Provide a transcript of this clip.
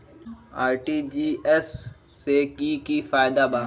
RTGS से की की फायदा बा?